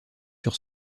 sur